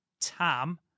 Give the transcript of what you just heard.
Tam